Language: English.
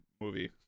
movie